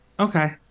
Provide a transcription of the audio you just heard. Okay